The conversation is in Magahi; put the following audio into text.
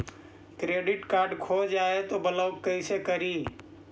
क्रेडिट कार्ड खो जाए तो ब्लॉक कैसे करी?